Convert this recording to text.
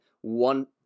one